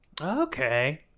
Okay